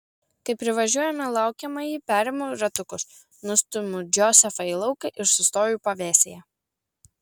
kai privažiuojame laukiamąjį perimu ratukus nustumiu džozefą į lauką ir sustoju pavėsyje